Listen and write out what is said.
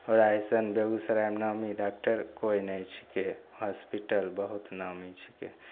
ओकरा अइसन बेगूसरायमे नामी डाकटर कोइ नहि छिकै हॉसपिटल बहुत नामी छिकै